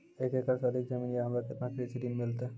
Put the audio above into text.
एक एकरऽ से अधिक जमीन या हमरा केतना कृषि ऋण मिलते?